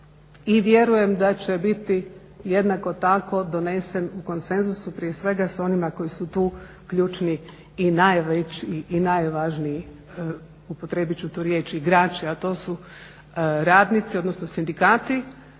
I vjerujem da će biti jednako tako donesen u konsenzusu prije svega s onima koji su tu ključni i najvažniji, upotrijebit ću tu riječ igrači, a to su radnici, odnosno sindikati,